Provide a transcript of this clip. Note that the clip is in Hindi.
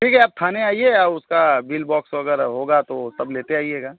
ठीक है आप थाने आइए उसका बिल बॉक्स वगेरह होग तो तब लेते आइएगा